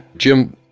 jim,